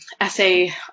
essay